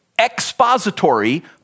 expository